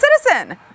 citizen